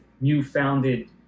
new-founded